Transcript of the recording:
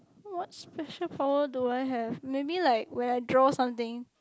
what special power do I have maybe like when I draw something